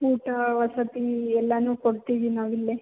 ಊಟ ವಸತಿ ಎಲ್ಲನೂ ಕೊಡ್ತೀವಿ ನಾವು ಇಲ್ಲೇ